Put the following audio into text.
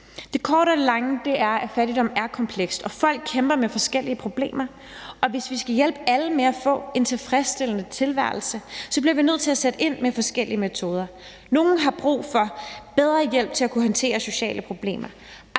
Det korte af det lange er, at fattigdom er kompleks, og at folk kæmper med forskellige problemer, og hvis vi skal hjælpe alle med at få en tilfredsstillende tilværelse, bliver vi nødt til at sætte ind med forskellige metoder. Nogle har brug for bedre hjælp til at kunne håndtere sociale problemer,